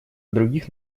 других